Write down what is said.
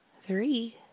three